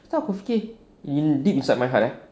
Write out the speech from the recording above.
tu aku fikir in deep inside my heart